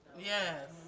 Yes